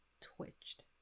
twitched